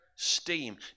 steam